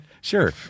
Sure